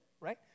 right